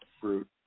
fruit